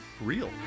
real